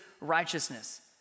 righteousness